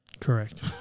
Correct